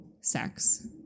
sex